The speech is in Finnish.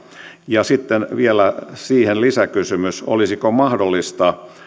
ja sitten vielä siihen lisäkysymys olisiko mahdollista